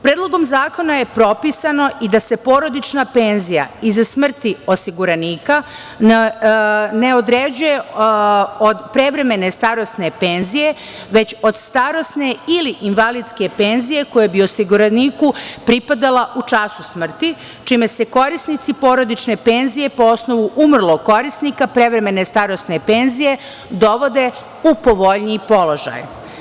Predlogom zakona je propisano i da se porodična penzija iza smrti osiguranika ne određuje od prevremene starosne penzije, već od starosne ili invalidske penzije koje bi osiguraniku pripadala u času smrti, čime se korisnici porodične penzije po osnovu umrlog korisnika prevremene starosne penzije dovode u povoljniji položaj.